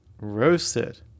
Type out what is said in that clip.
Roasted